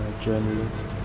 journalist